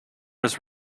his